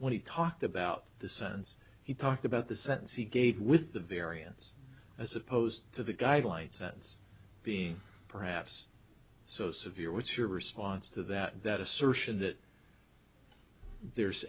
when he talked about the sense he talked about the sense he gate with the variance as opposed to the guide light sentence being perhaps so severe what's your response to that that assertion that there's